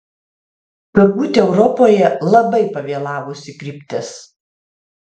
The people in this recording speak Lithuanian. turbūt europoje labai pavėlavusi kryptis